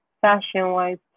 Fashion-wise